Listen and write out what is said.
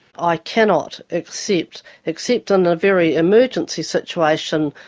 i cannot accept. except on the very emergency situation,